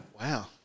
Wow